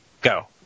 Go